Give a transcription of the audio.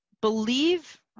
believe